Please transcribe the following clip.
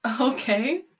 Okay